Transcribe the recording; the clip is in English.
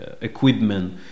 equipment